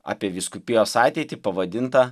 apie vyskupijos ateitį pavadintą